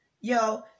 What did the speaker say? yo